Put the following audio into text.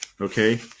Okay